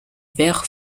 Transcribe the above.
vert